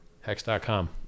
Hex.com